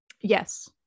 Yes